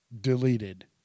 deleted